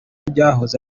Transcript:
byahoze